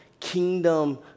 kingdom